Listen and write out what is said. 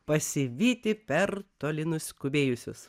pasivyti per toli nuskubėjusius